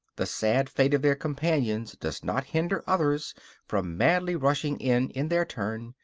the sad fate of their companions does not hinder others from madly rushing in in their turn,